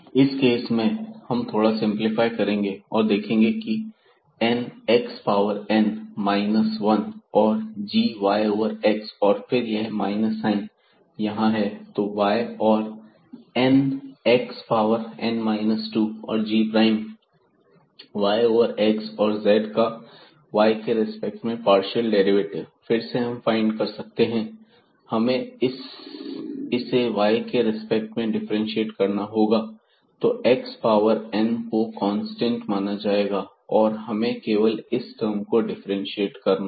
इस केस में हम थोड़ा सा सिंपलीफाई करेंगे और देखेंगे की n x power n minus 1 और g y ओवर x और फिर यह माइनस साइन यहां है तो y और n x पावर n 2 और g prime y over x और z का y के रिस्पेक्ट में पार्शियल डेरिवेटिव फिर से हम फाइंड कर सकते हैं हमें इसे y के रिस्पेक्ट में डिफरेंटशिएट करना है तो x पावर n को कांस्टेंट माना जाएगा और हमें केवल इस टर्म को डिफरेंटशिएट करना है